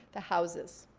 the houses.